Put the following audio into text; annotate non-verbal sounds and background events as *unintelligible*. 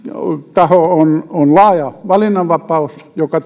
taho on on laaja valinnanvapaus joka *unintelligible*